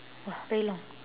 !wah! very long